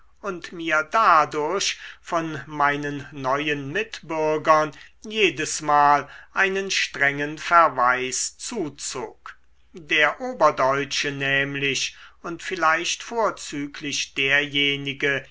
und mir dadurch von meinen neuen mitbürgern jedesmal einen strengen verweis zuzog der oberdeutsche nämlich und vielleicht vorzüglich derjenige